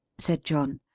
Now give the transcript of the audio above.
said john,